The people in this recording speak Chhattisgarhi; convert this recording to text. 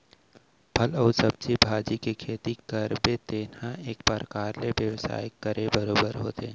फर अउ सब्जी भाजी के खेती करबे तेन ह एक परकार ले बेवसाय करे बरोबर होथे